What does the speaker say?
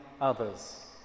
others